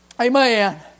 Amen